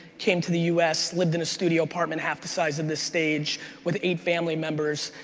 came to the us, lived in a studio apartment half the size of this stage with eight family members,